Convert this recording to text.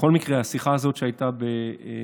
בכל מקרה, השיחה הזאת שהייתה ב-11